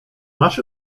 masz